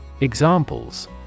Examples